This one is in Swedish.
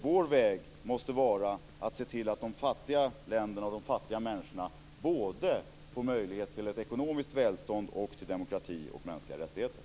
Vår väg måste vara att se till att de fattiga länderna och de fattiga människorna både får möjlighet till ett ekonomiskt välstånd och till demokrati och mänskliga rättigheter.